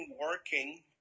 working